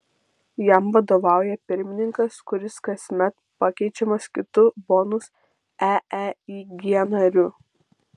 jam vadovauja pirmininkas kuris kasmet pakeičiamas kitu bonus eeig nariu